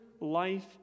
life